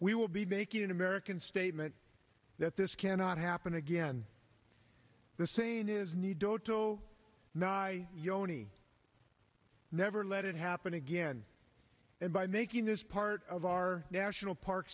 we will be making an american statement that this cannot happen again the saying is need total not yoni never let it happen again and by making this part of our national park